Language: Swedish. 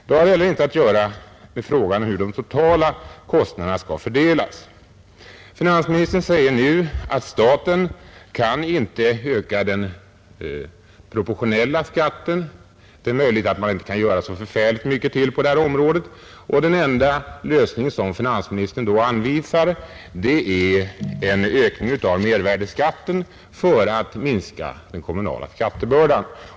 Den har inte heller något att göra med frågan hur de totala kostnaderna skall fördelas. för behandling av frågan om kostnadsfördelningen mellan stat och kommun Finansministern säger nu att staten inte kan öka den proportionella skatten. Det är möjligt att man inte kan göra så förfärligt mycket till på detta område, och den enda lösning som finansministern då anvisar är en ökning av mervärdeskatten för att minska den kommunala skattebördan.